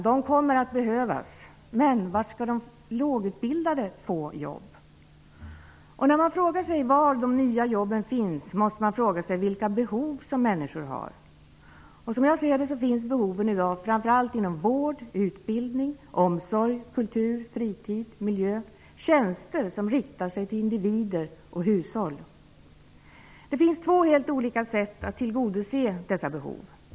De kommer att behövas. Men var skall de lågutbildade få jobb? När man frågar sig var de nya jobben finns måste man fråga sig vilka behov människor har. Som jag ser det finns behoven i dag framför allt inom vård, utbildning, omsorg, kultur, fritid och miljö -- tjänster som riktar sig till individer och hushåll. Det finns två helt olika sätt att tillgodose dessa behov.